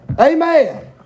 amen